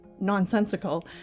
nonsensical